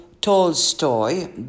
Tolstoy